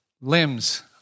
limbs